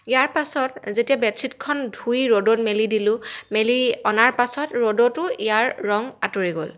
ইয়াৰ পাছত যেতিয়া বেডশ্বীটখন ধুই ৰ'দত মেলি দিলোঁ মেলি অনাৰ পাছত ৰ'দতো ইয়াৰ ৰং আঁতৰি গ'ল